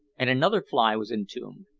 and another fly was entombed.